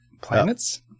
planets